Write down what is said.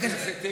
זה הכללים.